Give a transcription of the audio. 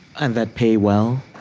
and that pay well